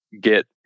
get